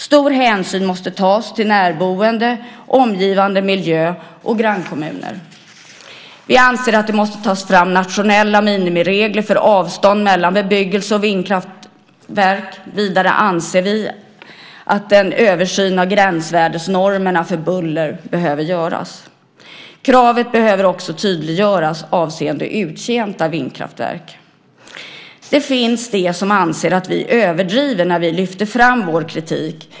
Stor hänsyn måste tas till närboende, omgivande miljö och grannkommuner. Vi anser att det måste tas fram nationella minimiregler för avstånd mellan bebyggelse och vindkraftverk. Vidare anser vi att en översyn av gränsvärdesnormerna för buller behöver göras. Kravet behöver också tydliggöras avseende uttjänta vindkraftverk. Det finns de som anser att vi överdriver när vi lyfter fram vår kritik.